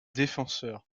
défenseur